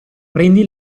prendi